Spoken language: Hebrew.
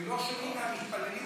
הם לא שונים מהמתפללים.